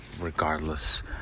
regardless